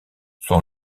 son